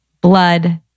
blood